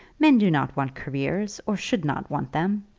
men do not want careers, or should not want them.